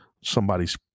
Somebody's